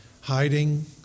hiding